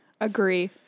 Agree